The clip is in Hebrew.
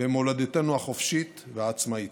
במולדתנו החופשית והעצמאית.